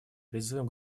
призывом